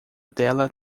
dela